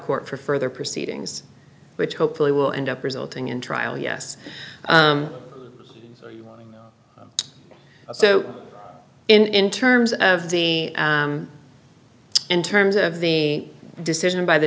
court for further proceedings which hopefully will end up resulting in trial yes so in terms of the in terms of the decision by the